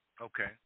Okay